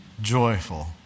Joyful